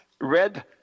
red